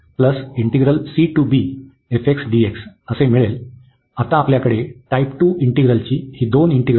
आता आपल्याकडे टाइप 2 इंटीग्रलची ही दोन इंटिग्रल आहेत